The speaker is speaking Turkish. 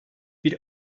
bir